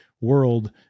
world